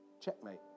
Checkmate